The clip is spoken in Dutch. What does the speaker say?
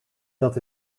dat